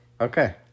okay